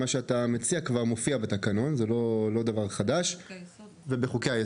שההצעה שלך כבר מופיעה בתקנון ובחוקי היסוד.